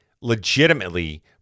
legitimately